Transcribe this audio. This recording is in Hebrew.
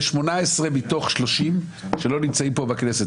יש 18 מתוך 30 שלא נמצאים פה בכנסת.